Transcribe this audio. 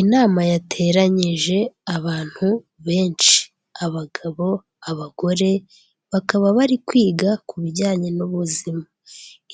Inama yateranyije abantu benshi, abagabo, abagore, bakaba bari kwiga ku bijyanye n'ubuzima,